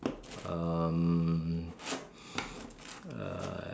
um